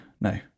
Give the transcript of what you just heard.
No